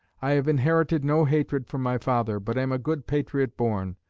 i have inherited no hatred from my father, but am a good patriot born.